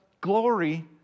glory